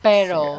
Pero